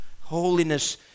holiness